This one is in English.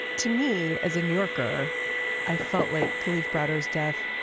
to me as a new yorker i felt like cleve browder's death.